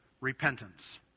Repentance